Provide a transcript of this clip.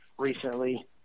recently